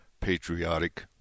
patriotic